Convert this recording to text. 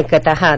जळगांव उमेदवार